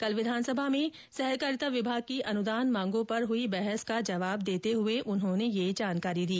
कल विधानसभा में सहकारिता विभाग की अनुदान मांगो पर हुई बहस का जवाब देते हुए उन्होंने ये जानकारी दी